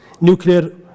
nuclear